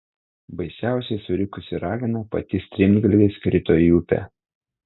baisiausiai surikusi ragana pati strimgalviais krito į upę